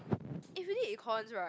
if really econs right